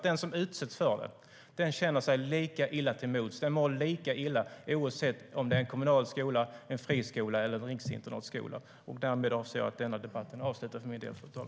Den som utsätts för mobbning känner sig lika illa till mods, mår lika illa, oavsett om det sker i en kommunal skola, en friskola eller en riksinternatskola. Därmed anser jag att debatten är avslutad för min del.